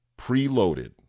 preloaded